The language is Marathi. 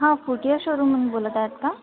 हां फूटवेअर शोरूममधून बोलत आहात का